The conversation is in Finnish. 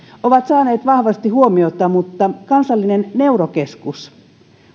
ovat saaneet vahvasti huomiota mutta kansallinen neurokeskus